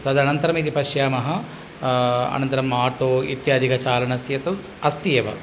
तदन्तरम् यदि पश्यामः अनन्तरम् आटो इत्यादिकचालनस्य तु अस्ति एव